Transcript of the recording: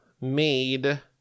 made